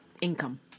income